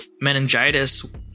meningitis